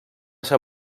ser